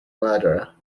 murderer